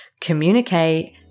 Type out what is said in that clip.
communicate